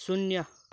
शून्य